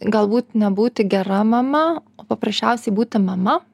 galbūt ne būti gera mama o paprasčiausiai būti mama